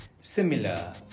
similar